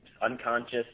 unconscious